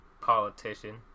politician